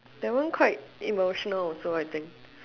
that one quite emotional also I think